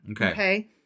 Okay